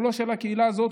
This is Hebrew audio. הוא לא של הקהילה הזאת,